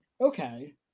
Okay